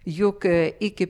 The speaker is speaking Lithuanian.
juk iki